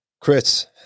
Chris